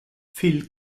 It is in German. phil